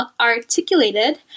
articulated